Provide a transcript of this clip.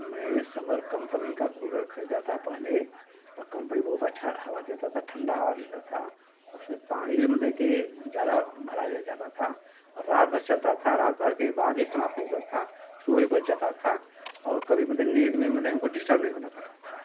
मैं Summer company का cooler खरीदा था पहले वह कम्पनी बहुत अच्छा हवा देता था ठंढा हवा देता था उसमें पानी भी मतलब कि ज़्यादा भड़ा जाता था और रात भर चलता था रात भर के बाद भी समाप्त नहीं होता था सूबह भी बच जाता था और कभी मतलब नींद में मतलब हमको डिस्टर्ब नहीं होना पड़ता था